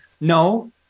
No